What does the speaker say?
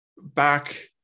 back